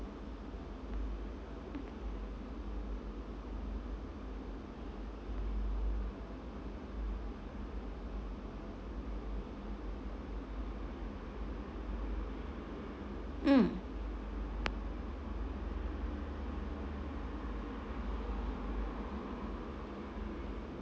mm